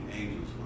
angels